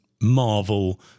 Marvel